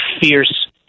fierce